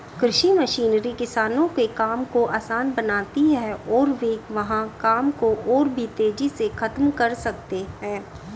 कृषि मशीनरी किसानों के काम को आसान बनाती है और वे वहां काम को और भी तेजी से खत्म कर सकते हैं